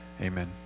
Amen